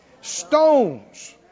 stones